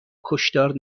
کشتار